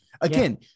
again